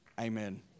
amen